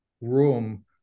room